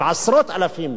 של עשרות-אלפים,